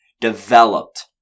developed